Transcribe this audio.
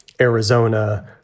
Arizona